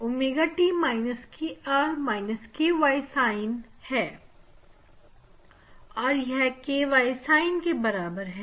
यह ẟ KYSin𝛉 के बराबर है